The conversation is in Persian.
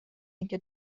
اینکه